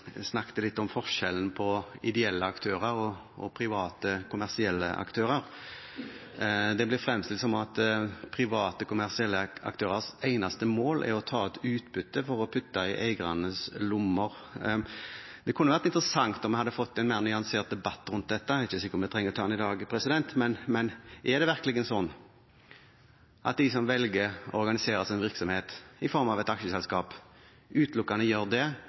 snakket litt om forskjellen på ideelle aktører og private, kommersielle aktører. Det blir fremstilt som at private, kommersielle aktørers eneste mål er å ta ut utbytte for å putte i eiernes lommer. Det kunne vært interessant om vi hadde fått en mer nyansert debatt rundt dette, jeg er ikke sikker på om vi trenger å ta den i dag. Men er det virkelig sånn at de som velger å organisere sin virksomhet i form av et aksjeselskap, utelukkende gjør det for å berike seg selv eller eierne sine? Kan det